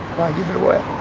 might give it away.